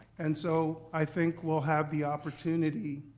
and so i think we'll have the opportunity